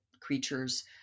creatures